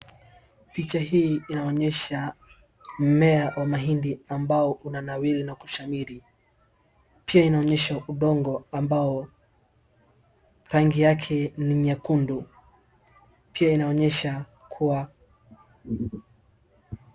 Picha hii inaonyesha mmea wa mahindi ambao unanawiri na kushamiri. Pia inaonyesha udongo ambao rangi yake ni nyekundu. Pia inaonyesha kuwa......